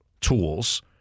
tools